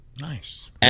Nice